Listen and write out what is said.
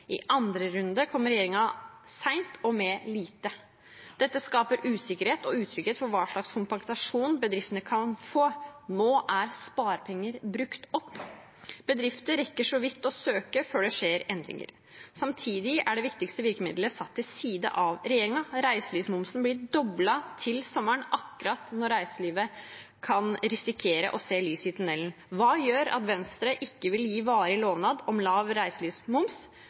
I andre runde kom regjeringen sent og med lite. Dette skaper usikkerhet og utrygghet for hva slags kompensasjon bedriftene kan få. Nå er sparepenger brukt opp. Bedrifter rekker så vidt å søke før det skjer endringer. Samtidig er det viktigste virkemiddelet satt til side av regjeringen. Reiselivsmomsen blir doblet til sommeren, akkurat når reiselivet kan håpe å se lys i tunnelen. Hva gjør at Venstre ikke vil gi en varig lovnad om lav reiselivsmoms